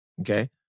Okay